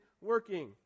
working